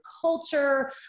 culture